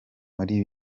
muri